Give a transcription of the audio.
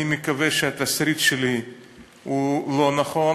אני מקווה שהתסריט שלי הוא לא נכון,